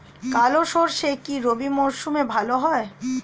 কালো সরষে কি রবি মরশুমে ভালো হয়?